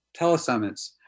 telesummits